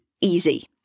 easy